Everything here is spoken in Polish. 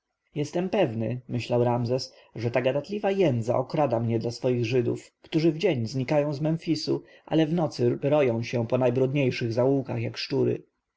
jestem pewny myślał ramzes że ta gadatliwa jędza okrada mnie dla swoich żydów którzy w dzień znikają z memfisu ale w nocy roją się po najbrudniejszych zaułkach jak szczury